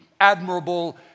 admirable